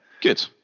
Good